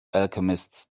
alchemists